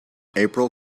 april